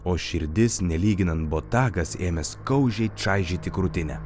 o širdis nelyginant botagas ėmė skaudžiai čaižyti krūtinę